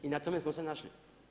I na tome smo se našli.